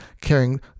carrying